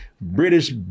British